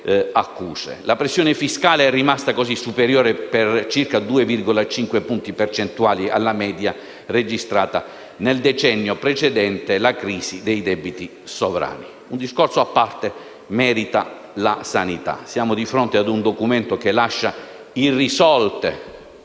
La pressione fiscale è rimasta, così, superiore per 2,5 punti percentuali alla media registrata nel decennio precedente alla crisi dei debiti sovrani. Un discorso a parte merita la sanità. Siamo di fronte a un Documento che lascia irrisolte